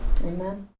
Amen